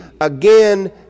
again